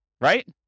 Right